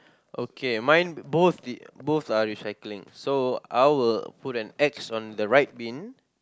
okay mine both the both are recycling so I will put an X on the right bin